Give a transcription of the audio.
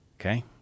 Okay